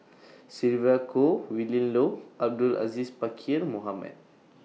Sylvia Kho Willin Low Abdul Aziz Pakkeer Mohamed